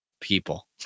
People